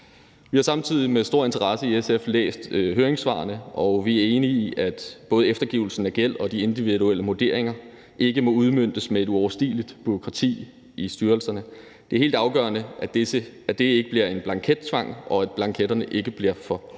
SF har samtidig med stor interesse læst høringssvarene, og vi er enige i, at både eftergivelsen af gæld og de individuelle vurderinger ikke må udmøntes med et uoverstigeligt bureaukrati i styrelserne. Det er helt afgørende, at det ikke bliver en blankettvang, og at blanketterne ikke bliver for hårde.